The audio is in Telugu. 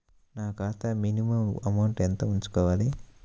నా ఖాతా మినిమం అమౌంట్ ఎంత ఉంచుకోవాలి?